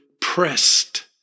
pressed